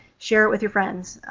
share it with your friends.